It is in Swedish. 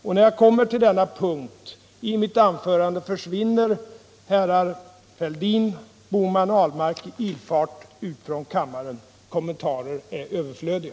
När jag sedan kommer till denna punkt i mitt anförande försvinner herrar Fälldin, Bohman och Ahlmark i ilfart ut från kammaren. Kommentarer är överflödiga.